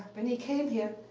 when he came here,